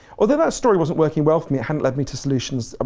although that story wasn't working well for me, it hadn't led me to solutions, um